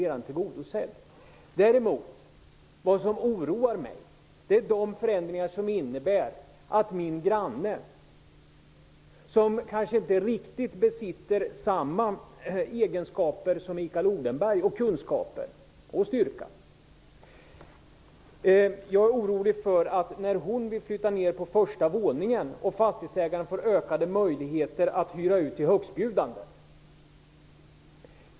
Det som däremot oroar mig är de förändringar som innebär att när min granne, som kanske inte riktigt besitter samma egenskaper, kunskaper och styrka som Mikael Odenberg, vill flytta ner på första våningen får fastighetsägaren ökade möjligheter att hyra ut till högstbjudande.